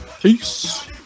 Peace